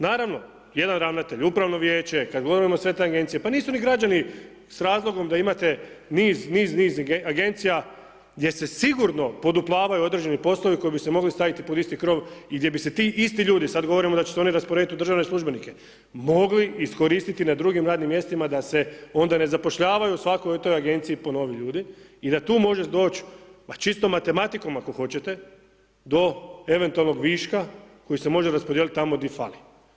Naravno, jedan ravnatelj, upravno vijeće, pa kada govorimo sve te Agencije, pa nisu ni građani s razlogom da imate niz, niz, niz Agencija gdje se sigurno poduplavaju određeni poslovi koji bi se mogli staviti pod isti krov i gdje bi se ti isti ljudi, sada govorimo da će se oni rasporediti u državne službenike, mogli iskoristiti na drugim radnim mjestima, da se onda ne zapošljavaju u svakoj toj Agenciji ponovo novi ljudi i da tu može doći, ma čisto matematikom ako hoćete, do eventualnog viška koji se može raspodijeliti tamo gdje fali.